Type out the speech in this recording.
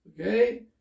Okay